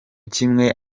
kimwe